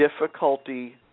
difficulty